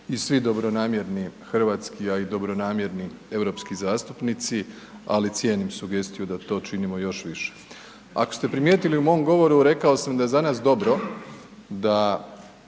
i svi dobronamjerni hrvatski, a i dobronamjerni europski zastupnici, ali cijenim sugestiju da to činimo još više. Ako ste primijetili u mom govoru rekao sam da je za nas dobro da